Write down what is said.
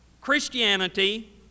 Christianity